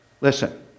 Listen